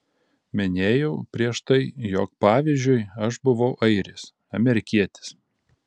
minėjau prieš tai jog pavyzdžiui aš buvau airis amerikietis